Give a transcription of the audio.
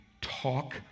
talk